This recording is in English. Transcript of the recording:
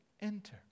enter